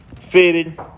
fitted